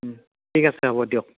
ঠিক আছে হ'ব দিয়ক